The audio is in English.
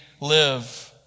live